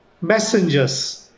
messengers